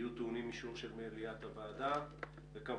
יהיו טעונים אישור של מליאת הוועדה והישיבות